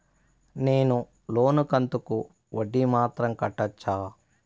నేను లోను కంతుకు వడ్డీ మాత్రం కట్టొచ్చా?